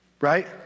Right